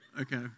Okay